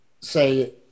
say